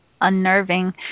unnerving